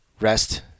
rest